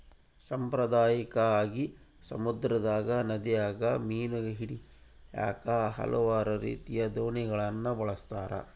ಸಾಂಪ್ರದಾಯಿಕವಾಗಿ, ಸಮುದ್ರದಗ, ನದಿಗ ಮೀನು ಹಿಡಿಯಾಕ ಹಲವಾರು ರೀತಿಯ ದೋಣಿಗಳನ್ನ ಬಳಸ್ತಾರ